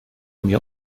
mir